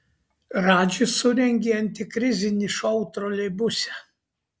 radžis surengė antikrizinį šou troleibuse